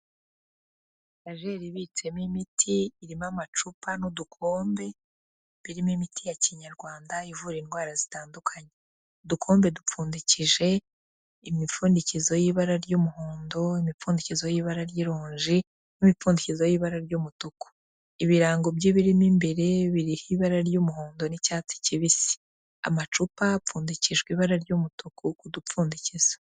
Etajeri ibitsemo imiti irimo amacupa n'udukombe, birimo imiti ya kinyarwanda ivura indwara zitandukanye, udukombe dupfundikije imipfundikizo y'ibara ry'umuhondo, imipfundikizo y'ibara ry'ironji n'ibipfundikizo y'ibara ry'umutuku, ibirango by'ibirimo imbere biriho ibara ry'umuhondo n'icyatsi kibisi, amacupa hapfundikije ibara ry'umutuku udupfundikizo.